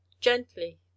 gently